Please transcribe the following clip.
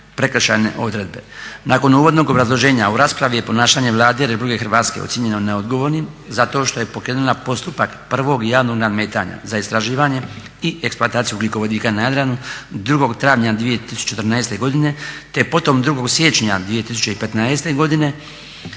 prekršajne odredbe. Nakon uvodnog obrazloženja u raspravi je ponašanje Vlade RH ocijenjeno neodgovornim zato što je pokrenula postupak prvog javnog nadmetanja za istraživanje i eksploataciju ugljikovodika na Jadranu 2. travnja 2014. godine, te potom 2. siječnja 2015. godine,